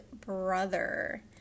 brother